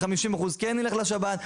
ו-50% כן ילך לשב"ן?